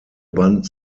band